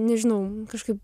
nežinau kažkaip